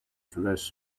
dress